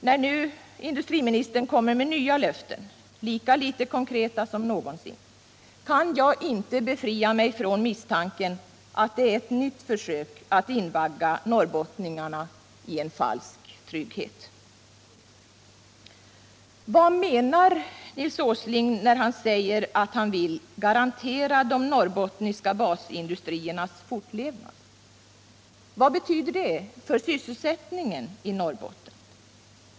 När nu industriministern kommer med nya löften — lika litet konkreta som någonsin — kan jag inte befria mig från misstanken att det är ett nytt försök att invagga norrbottningarna i en falsk trygghet. Vad menar Nils Åsling när han säger att han vill ”garantera de norrbottniska basindustriernas fortlevnad”? Vad betyder det för sysselsättningen i Norrbotten?